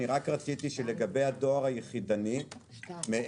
רק רציתי לומר לגבי הדואר היחידני שמעבר